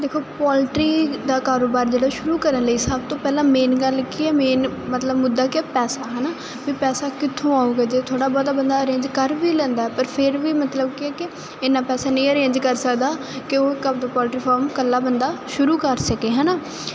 ਦੇਖੋ ਪੋਲਟਰੀ ਦਾ ਕਾਰੋਬਾਰ ਜਿਹੜਾ ਸ਼ੁਰੂ ਕਰਨ ਲਈ ਸਭ ਤੋਂ ਪਹਿਲਾਂ ਮੇਨ ਗੱਲ ਕੀ ਹੈ ਮੇਨ ਮਤਲਬ ਮੁੱਦਾ ਕਿ ਪੈਸਾ ਹਨਾ ਪੈਸਾ ਕਿੱਥੋਂ ਆਉਗਾ ਜੇ ਥੋੜਾ ਬਹੁਤਾ ਬੰਦਾ ਆਰੇਂਜ ਕਰ ਵੀ ਲੈਂਦਾ ਪਰ ਫਿਰ ਵੀ ਮਤਲਬ ਕਿ ਇਹਨਾਂ ਪੈਸਾ ਨੀਅਰ ਇੰਜ ਕਰ ਸਕਦਾ ਕਿ ਉਹ ਕੰਮ ਇਕੱਲਾ ਬੰਦਾ ਸ਼ੁਰੂ ਕਰ ਸਕੇ ਹੈਨਾ ਤੇ